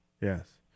Yes